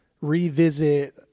revisit